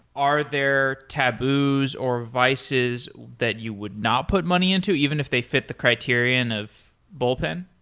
are there taboos or vices that you would not put money into even if they fit the criterion of bullpen?